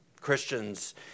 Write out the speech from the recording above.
Christians